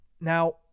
Now